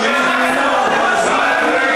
זה במסגרת הזמן